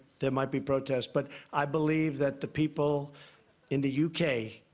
there might be protests. but i believe that the people in the u k.